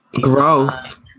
Growth